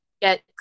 Get